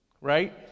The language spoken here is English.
right